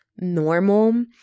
normal